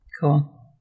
cool